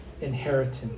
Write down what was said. inheritance